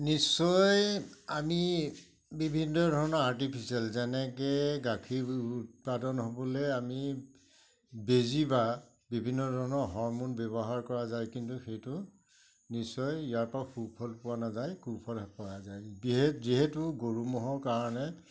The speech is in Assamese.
নিশ্চয় আমি বিভিন্ন ধৰণৰ আৰ্টিফিচিয়েল যেনেকে গাখীৰ উৎপাদন হ'বলে আমি বেজী বা বিভিন্ন ধৰণৰ হৰ্মন ব্যৱহাৰ কৰা যায় কিন্তু সেইটো নিশ্চয় ইয়াৰ পৰা সুফল পোৱা নাযায় কুফলহে পোৱা যায় যিহেতু গৰু ম'হৰ কাৰণে